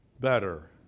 better